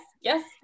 Yes